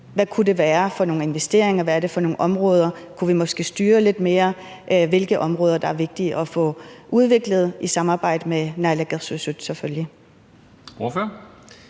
det kunne være for nogle investeringer, hvad det er for nogle områder, og om vi måske kunne styre lidt mere, hvilke områder der er vigtige at få udviklet, og det skulle selvfølgelig